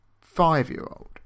five-year-old